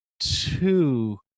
two